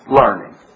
learning